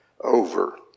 over